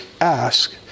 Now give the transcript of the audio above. ask